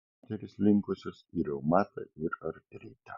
moterys linkusios į reumatą ir artritą